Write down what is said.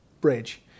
bridge